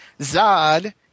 Zod